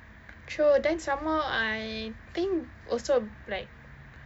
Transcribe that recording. true then some more I think also like